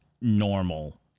normal